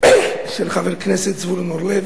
של חבר הכנסת עתניאל שנלר,